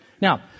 Now